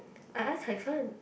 I ask Cai Fen